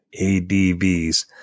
ADVs